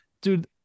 dude